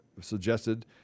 suggested